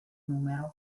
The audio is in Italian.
numero